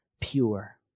pure